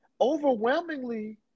Overwhelmingly